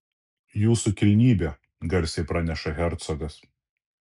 jūsų kilnybe garsiai praneša hercogas